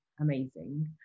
amazing